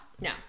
No